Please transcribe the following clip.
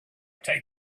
take